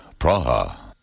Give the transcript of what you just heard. Praha